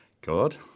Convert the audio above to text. God